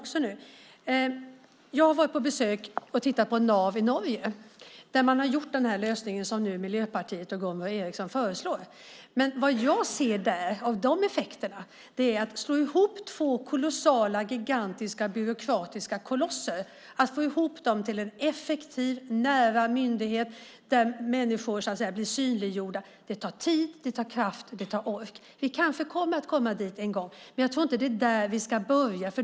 Jag har varit på besök och tittat på NAV i Norge. Där har man gjort den lösning som nu Miljöpartiet och Gunvor G Ericson föreslår. Vad jag ser där är effekterna av att slå ihop två gigantiska byråkratiska kolosser. Det handlar om att få ihop dem till en effektiv och nära myndighet där människor blir synliggjorda. Det tar tid, kraft och ork. Vi kanske kommer att komma dit någon gång. Men jag tror inte att det är där vi ska börja.